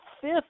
fifth